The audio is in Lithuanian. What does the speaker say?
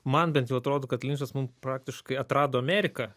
man bent jau atrodo kad linčas mum praktiškai atrado ameriką